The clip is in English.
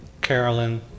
Carolyn